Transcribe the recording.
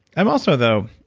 i'm also though,